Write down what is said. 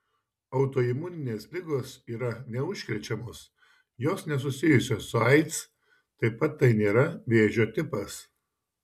autoimuninės ligos yra neužkrečiamos jos nesusijusios su aids taip pat tai nėra vėžio tipas